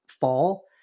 fall